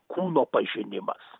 kūno pažinimas